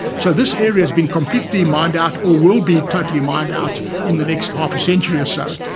so this area has been completely mined out or will be totally mined out in the next half a century or so.